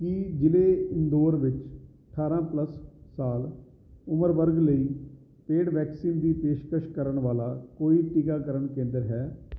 ਕੀ ਜ਼ਿਲ੍ਹੇ ਇੰਦੌਰ ਵਿੱਚ ਅਠਾਰ੍ਹਾਂ ਪਲੱਸ ਸਾਲ ਉਮਰ ਵਰਗ ਲਈ ਪੇਡ ਵੈਕਸੀਨ ਦੀ ਪੇਸ਼ਕਸ਼ ਕਰਨ ਵਾਲਾ ਕੋਈ ਟੀਕਾਕਰਨ ਕੇਂਦਰ ਹੈ